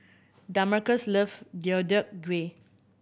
Damarcus loves Deodeok Gui